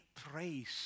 praise